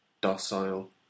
docile